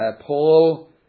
Paul